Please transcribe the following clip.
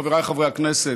חבריי חברי הכנסת,